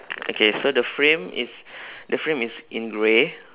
okay so the frame is the frame is in grey